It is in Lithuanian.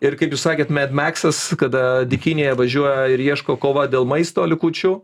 ir kaip jūs sakėt med maksas kada dykynėje važiuoja ir ieško kova dėl maisto likučių